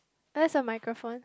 where's your microphone